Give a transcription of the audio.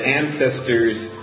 ancestors